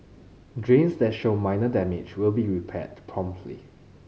drains that show minor damage will be repaired promptly